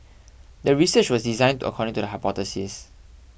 the research was designed according to the hypothesis